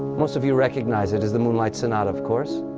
most of you recognize it as the moonlight sonata of course.